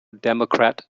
democrat